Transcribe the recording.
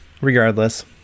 regardless